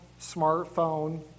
smartphone